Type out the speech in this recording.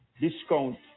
discount